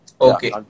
Okay